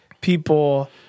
people